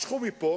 משכו מפה,